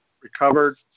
recovered